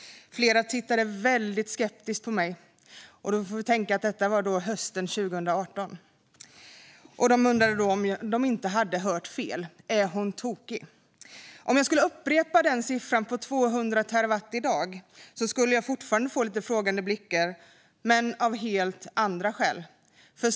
Flera tittade väldigt skeptiskt på mig; vi får tänka på att detta var hösten 2018. De undrade om de inte hade hört fel - är hon tokig? Om jag skulle upprepa siffran 200 terawattimmar i dag skulle jag fortfarande få lite frågande blickar, men av helt andra skäl.